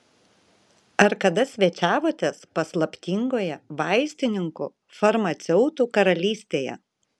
ar kada svečiavotės paslaptingoje vaistininkų farmaceutų karalystėje